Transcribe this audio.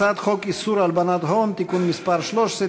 הצעת חוק איסור הלבנת הון (תיקון מס' 13),